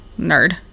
Nerd